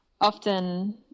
Often